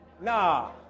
Nah